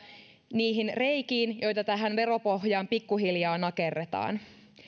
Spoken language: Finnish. niihin reikiin joita tähän veropohjaan pikkuhiljaa nakerretaan